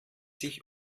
sich